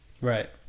Right